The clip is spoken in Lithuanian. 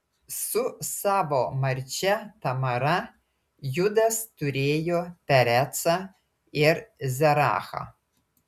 su savo marčia tamara judas turėjo perecą ir zerachą